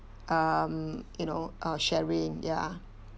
um you know uh sharing ya